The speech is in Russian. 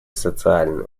социальные